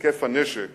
מהיקף הנשק